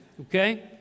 Okay